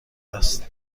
است